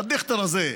"הדיכטר הזה".